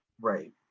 Right